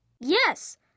Yes